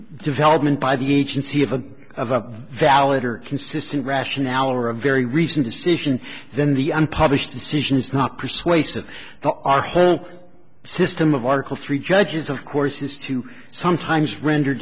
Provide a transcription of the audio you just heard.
development by the agency of a of a valid or consistent rationale or a very recent decision then the unpublished decision is not persuasive the our whole system of article three judges of course is to sometimes render